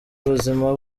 ubuzima